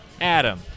Adam